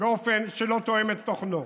באופן שלא תואם את תוכנו.